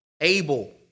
Abel